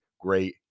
great